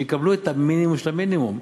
שיקבלו את המינימום של המינימום.